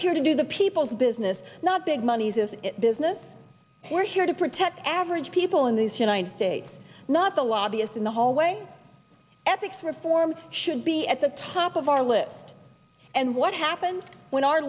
here to do the people's business not big moneys of business we're here to protect average people in these united states not the lobbyist in the hallway ethics reform should be at the top of our list and what happens when our